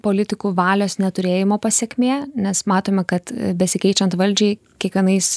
politikų valios neturėjimo pasekmė nes matome kad besikeičiant valdžiai kiekvienais